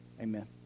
Amen